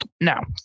Now